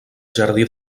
jardí